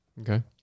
Okay